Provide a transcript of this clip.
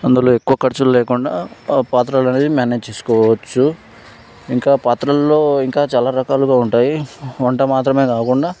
అందులో ఎక్కువ ఖర్చులు లేకుండా ఆ పాత్రలు అనేవి మేనేజ్ చేసుకోవచ్చు ఇంకా పాత్రలలో ఇంకా చాలారకాలుగా ఉంటాయి వంట మాత్రమే కాకుండా